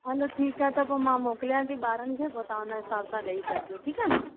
हलो ठीकु आहे त पोइ मां मोकिलियां थी ॿारनि खे पोइ तव्हां हुन हिसाबु सां ॾेई छॾिजो ठीकु आहे न